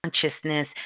consciousness